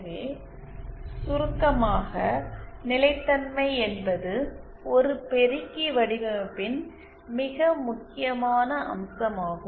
எனவே சுருக்கமாக நிலைத்தன்மை என்பது ஒரு பெருக்கி வடிவமைப்பின் மிக முக்கியமான அம்சமாகும்